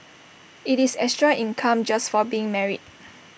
IT is extra income just for being married